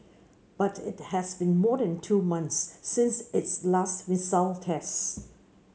but it has been more than two months since its last missile test